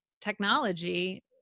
technology